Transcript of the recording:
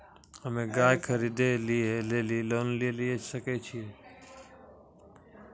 हम्मे गाय खरीदे लेली लोन लिये सकय छियै?